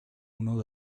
uno